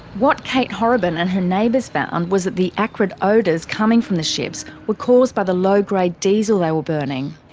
what kate horrobin and her neighbours found was that the acrid odours coming from the ships were caused by the low grade diesel they were burning.